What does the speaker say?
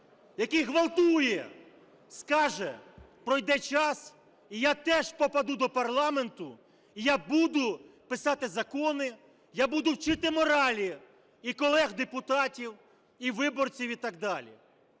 який ґвалтує, скаже: "Пройде час, і я теж попаду до парламенту, і я буду писати закони, я буду вчити моралі і колег депутатів, і виборців і так далі".